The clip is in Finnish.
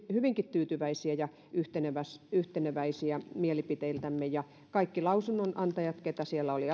hyvinkin tyytyväisiä ja yhteneväisiä yhteneväisiä mielipiteiltämme ja kaikki lausunnonantajat keitä siellä oli